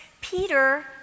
Peter